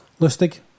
Lustig